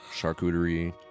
charcuterie